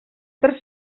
per